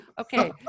okay